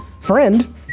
Friend